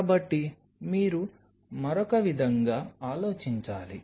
కాబట్టి మీరు మరొక విధంగా ఆలోచించాలి